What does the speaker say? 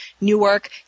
Newark